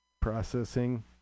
processing